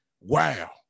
wow